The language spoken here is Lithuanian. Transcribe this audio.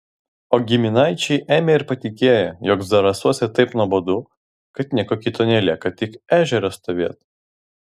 o giminaičiai ėmę ir patikėję jog zarasuose taip nuobodu kad nieko kito nelieka tik ežere stovėti